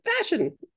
fashion